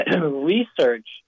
Research